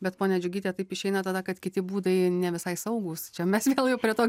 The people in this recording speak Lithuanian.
bet ponia džiugyte taip išeina tada kad kiti būdai ne visai saugūs čia mes vėl jau prie to